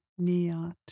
Niyat